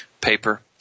paper